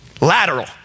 Lateral